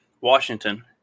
Washington